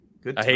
Good